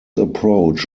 approach